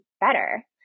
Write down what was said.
better